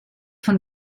von